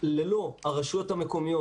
ללא הרשויות המקומיות,